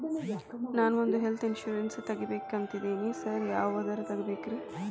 ನಾನ್ ಒಂದ್ health insurance ತಗಬೇಕಂತಿದೇನಿ sir ಯಾವದ ತಗಬೇಕ್ರಿ?